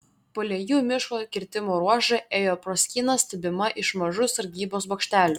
palei jų miško kirtimo ruožą ėjo proskyna stebima iš mažų sargybos bokštelių